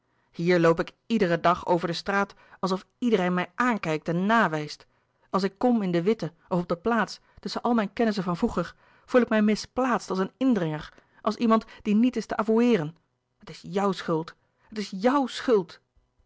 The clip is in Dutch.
hier loop ik iederen dag over de straat alsof iedereen mij aankijkt en nawijst als ik kom in de witte of op de plaats tusschen al mijn kennissen van vroeger voel ik mij misplaatst als een indringer als iemand die niet is te avoueeren het is jouw schuld het is jouw schuld